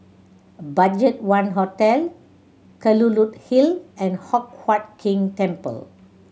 BudgetOne Hotel Kelulut Hill and Hock Huat Keng Temple